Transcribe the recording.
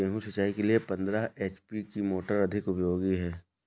गेहूँ सिंचाई के लिए पंद्रह एच.पी की मोटर अधिक उपयोगी है?